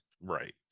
Right